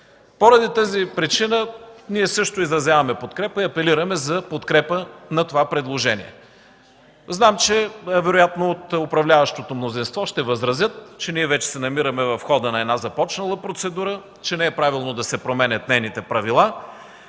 Поради тази причина ние също изразяваме подкрепа и апелираме за подкрепа на това предложение. Знам, че вероятно от управляващото мнозинство ще възразят, че ние вече се намираме в хода на една започнала процедура, че не е правилно да се променят нейните правила.